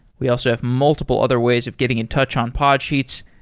we also have multiple other ways of getting in touch on podsheets.